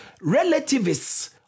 Relativists